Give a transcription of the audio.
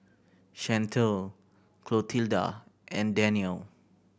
Chantelle Clotilda and Daniel